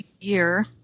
year